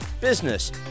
business